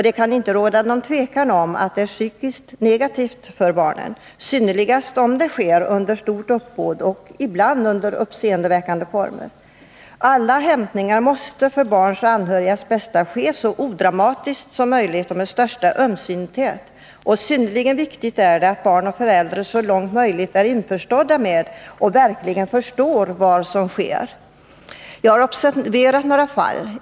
Det kan inte råda något tvivel om att det är psykiskt negativt för barn, synnerligast om det sker under stort uppbåd och ibland under uppseendeväckande former. Alla hämtningar måste, för både barns och anhörigas bästa, ske så odramatiskt som möjligt och med största ömsinthet. Synnerligen viktigt är det att barn och förälder så långt möjligt accepterar och verkligen förstår vad som sker. Jag har observerat några fall.